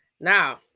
now